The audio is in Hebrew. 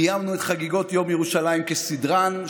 קיימנו את חגיגות יום ירושלים כסדרן,